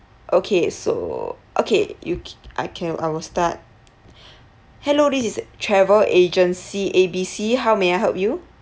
okay so okay you I can I will start hello this is travel agency A B C how may I help you